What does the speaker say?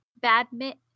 Badminton